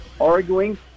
arguing